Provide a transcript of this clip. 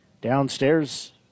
downstairs